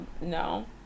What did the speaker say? No